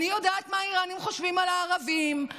אני יודעת מה האיראנים חושבים על הערבים,